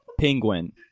penguin